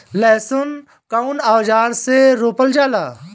लहसुन कउन औजार से रोपल जाला?